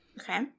Okay